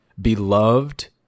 beloved